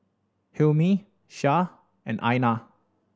Hilmi Shah and Aina